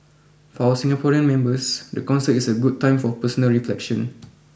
for our Singaporean members the concert is a good time for personal reflection